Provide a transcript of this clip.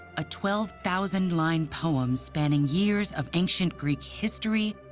a twelve thousand line poem spanning years of ancient greek history,